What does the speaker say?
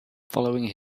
following